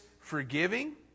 forgiving